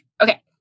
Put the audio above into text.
Okay